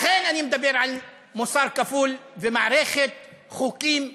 לכן אני מדבר על מוסר כפול ומערכת חוקים כפולה.